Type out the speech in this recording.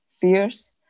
fears